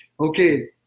Okay